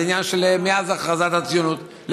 זה עניין מאז הכרזת הציונות,